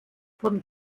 vom